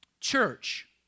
church